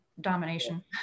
domination